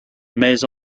mais